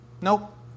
Nope